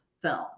film